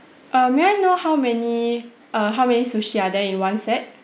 err may I know how many err how many sushi are there in one set